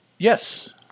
Yes